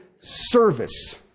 service